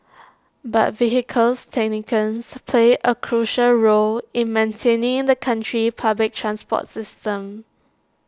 but vehicle technicians play A crucial role in maintaining the country's public transport system